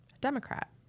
Democrat